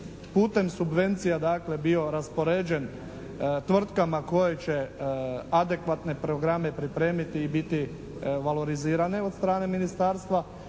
putem subvencija dakle bio raspoređen tvrtkama koje će adekvatne programe pripremiti i biti valorizirane od strane ministarstva.